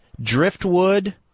Driftwood